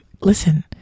Listen